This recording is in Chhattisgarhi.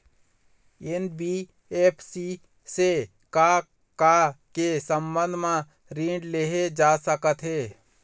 एन.बी.एफ.सी से का का के संबंध म ऋण लेहे जा सकत हे?